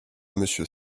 monsieur